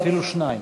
אפילו שניים.